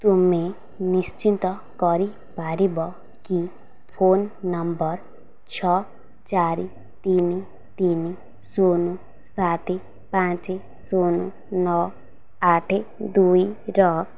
ତୁମେ ନିଶ୍ଚିନ୍ତ କରିପାରିବ କି ଫୋନ୍ ନମ୍ବର୍ ଛଅ ଚାରି ତିନି ତିନି ଶୂନ ସାତ ପାଞ୍ଚ ଶୂନ ନଅ ଆଠ ଦୁଇର